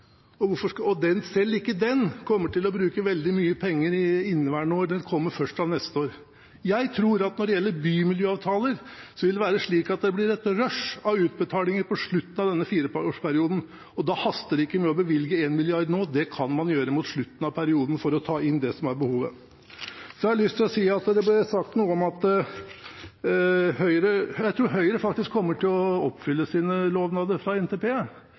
Og selv ikke på den kommer en til å bruke veldig mye penger i inneværende år, det kommer først fra neste år. Jeg tror at når det gjelder bymiljøavtaler, vil det bli et rush av utbetalinger på slutten av denne fireårsperioden. Da haster det ikke med å bevilge 1 mrd. kr. nå. Det kan man gjøre mot slutten av perioden – for å ta inn det som er behovet. Jeg tror Høyre kommer til å oppfylle sine lovnader i NTP, for vi er allerede nesten oppe på det nivået som vi skal være, med 2 mrd. kr ekstra i året. Her er jeg optimist. Så har jeg lyst til å